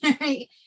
right